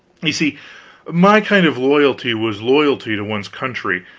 you see my kind of loyalty was loyalty to one's country,